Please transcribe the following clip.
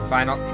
Final